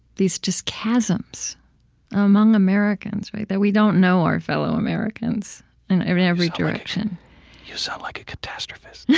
these just chasms among americans, that we don't know our fellow americans in every every direction you sound like a catastrophist. yeah